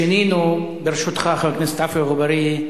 שינינו, ברשותך, חבר הכנסת עפו אגבאריה,